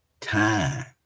time